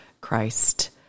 Christ